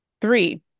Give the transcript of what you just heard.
Three